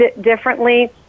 differently